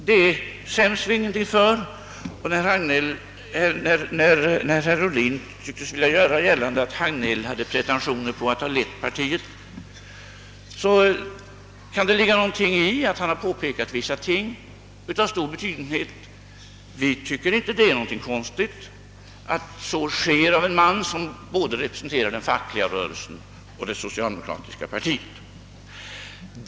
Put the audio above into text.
Vi skäms inte för detta, och när herr Ohlin tycktes vilja göra gällande att herr Hagnell hade pretentioner på att ha lett partiet kan det ligga något däri. Herr Hagnell har påvisat vissa förhållanden av stor betydelse. Vi anser inte att det är någonting konstigt, att så sker då det gäller en man som representerar både den fackliga rörelsen och det socialdemokratiska partiet.